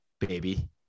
baby